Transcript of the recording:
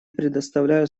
предоставляю